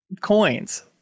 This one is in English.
Coins